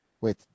Wait